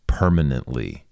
permanently